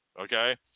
okay